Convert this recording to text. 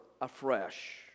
afresh